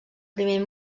primer